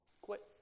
Quit